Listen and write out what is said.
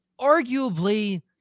arguably